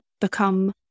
become